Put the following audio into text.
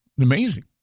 Amazing